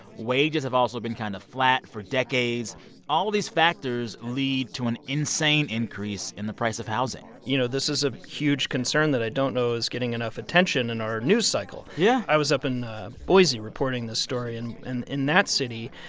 wages have also been kind of flat for decades all of these factors lead to an insane increase in the price of housing you know, this is a huge concern that i don't know is getting enough attention in our news cycle yeah i was up in boise reporting this story. in in that city,